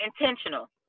intentional